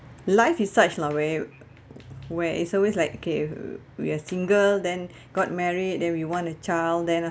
life is such lah where where it's always like okay we are single then got married then we want a child then